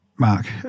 mark